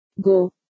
Go